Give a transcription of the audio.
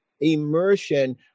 immersion